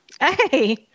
hey